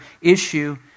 issue